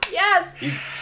Yes